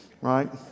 right